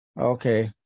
Okay